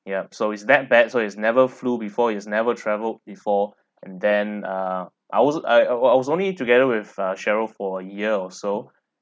ya so is that bad so he's never flew before he's never travelled before and then uh I wasn't I I I was only together with uh cheryl for a year or so